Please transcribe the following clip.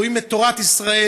רואים את תורת ישראל.